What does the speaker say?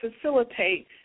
facilitate